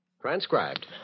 Transcribed